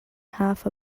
half